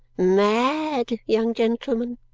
mad, young gentleman,